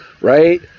Right